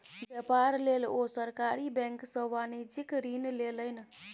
बेपार लेल ओ सरकारी बैंक सँ वाणिज्यिक ऋण लेलनि